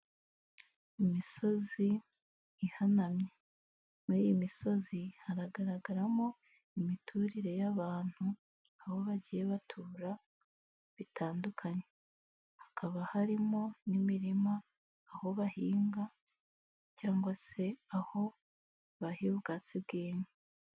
Imisozi ihanamye, muri iyi misozi haragaragaramo imiturire y'abantu, aho bagiye batura bitandukanye, hakaba harimo n'imirima aho bahinga cyangwa se aho bahira ubwatsi bw'inka.